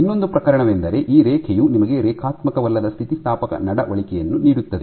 ಇನ್ನೊಂದು ಪ್ರಕರಣವೆಂದರೆ ಈ ರೇಖೆಯು ನಿಮಗೆ ರೇಖಾತ್ಮಕವಲ್ಲದ ಸ್ಥಿತಿಸ್ಥಾಪಕ ನಡವಳಿಕೆಯನ್ನು ನೀಡುತ್ತದೆ